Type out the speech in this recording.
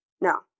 no